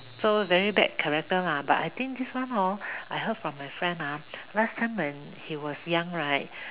so very bad character lah but I think this one hor I heard from my friend ah last time when he was young right